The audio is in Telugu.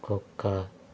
కుక్క